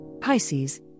Pisces